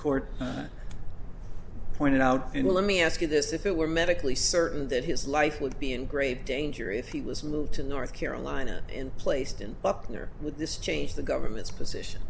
court pointed out you know let me ask you this if it were medically certain that his life would be in grave danger if he was moved to north carolina and placed in up there with this change the government's position